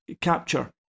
capture